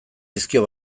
dizkio